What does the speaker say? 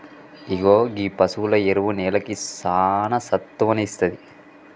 ఇగో గీ పసువుల ఎరువు నేలకి సానా సత్తువను ఇస్తాది